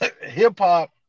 hip-hop